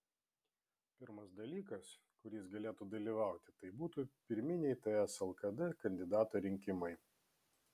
pirmas dalykas kur jis galėtų dalyvauti tai būtų pirminiai ts lkd kandidato rinkimai